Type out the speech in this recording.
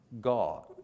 God